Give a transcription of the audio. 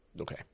okay